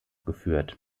geführt